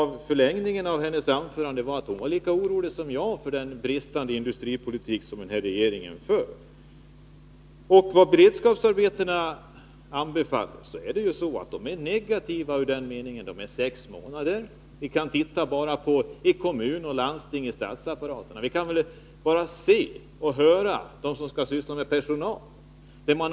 I förlängningen av Inger Hestviks anförande ligger kanske att hon var lika orolig som jag för den bristfälliga industripolitik som regeringen för. Vad beredskapsarbetena anbelangar så är de ju negativa i den meningen att anställningstiden är sex månader. Vi kan bara se på hur det är i kommuner och landsting och i statsapparaten. Vi kan fråga dem som skall syssla med personal.